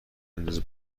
بندازه